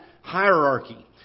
hierarchy